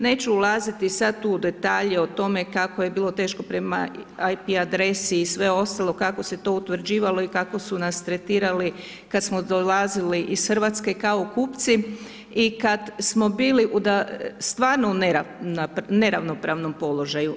Neću ulaziti sad tu u detalje o tome kako je bilo teško prema IP adresi i sve ostalo, kako se to utvrđivalo i kako su nas tretirali kad smo dolazili iz Hrvatske kao kupci i kad smo bili stvarno u neravnopravnom položaju.